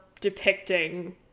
depicting